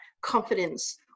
confidence